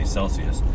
Celsius